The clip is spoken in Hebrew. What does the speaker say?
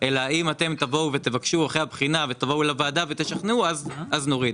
אלא אם אתם תבואו ותבקשו אחרי הבחינה ותבואו לוועדה ותשכנעו אז נוריד.